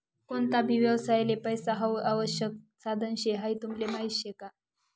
कोणता भी व्यवसायले पैसा हाऊ आवश्यक साधन शे हाई तुमले माहीत शे का?